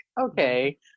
okay